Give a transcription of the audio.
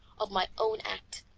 of my own act.